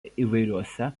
įvairiuose